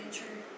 true